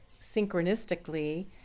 synchronistically